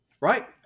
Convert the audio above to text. Right